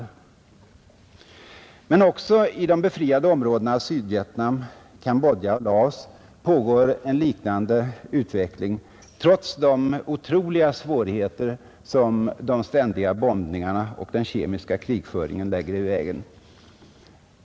Men också i de befriade områdena av Sydvietnam, Cambodja och Laos pågår en liknande utveckling, trots de otroliga svårigheter som de ständiga bombningarna och den kemiska krigföringen lägger i vägen.